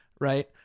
right